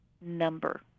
number